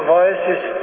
voices